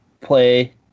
play